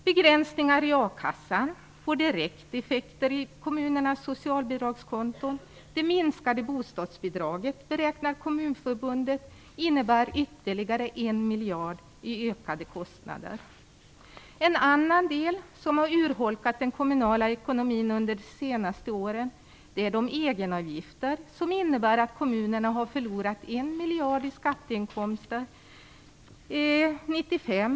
Begränsningar i a-kassan får direkt effekter i kommunernas socialbidragskonton. Det minskade bostadsbidraget beräknar Kommunförbundet innebär ytterligare 1 miljard kronor i ökade kostnader. En annan del som har urholkat den kommunala ekonomin under de senaste åren är de egenavgifter som innebär att kommunerna har förlorat 1 miljard kronor i skatteintäkter under 1995.